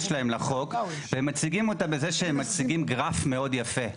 שלהם לחוק והם מציגים אותה בזה שהם מציגים גרף מאוד יפה,